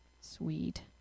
Sweet